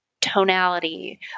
tonality